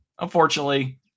Unfortunately